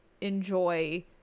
enjoy